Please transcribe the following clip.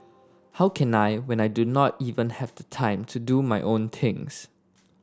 how can I when I do not even have time to do my own things